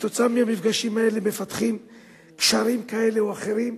וכתוצאה מהמפגשים האלה מפתחות קשרים כאלה או אחרים.